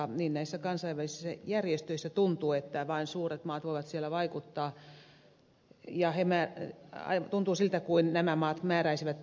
tuntuu siltä että näissä kansainvälisissä järjestöissä vain suuret maat voivat siellä vaikuttaa ja että nämä maat määräisivät tahdin